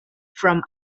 from